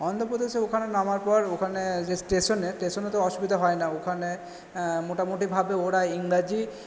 অন্ধ্রপ্রদেশে ওখানে নামার পর ওখানে যে স্টেশনে স্টেশনে তো অসুবিধা হয় না ওখানে মোটামুটিভাবে ওরা ইংরাজি